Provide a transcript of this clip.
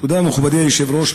תודה, מכובדי היושב-ראש.